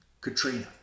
Katrina